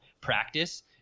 practice